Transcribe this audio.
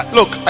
Look